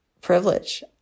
privilege